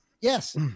Yes